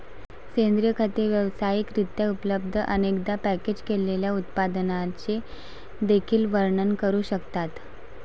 सेंद्रिय खते व्यावसायिक रित्या उपलब्ध, अनेकदा पॅकेज केलेल्या उत्पादनांचे देखील वर्णन करू शकतात